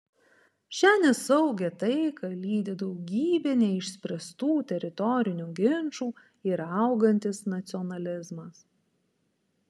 šią nesaugią taiką lydi daugybė neišspręstų teritorinių ginčų ir augantis nacionalizmas